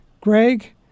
Greg